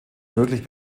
möglich